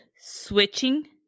switching